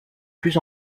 plus